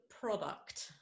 product